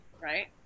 right